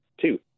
two